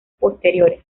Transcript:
posteriores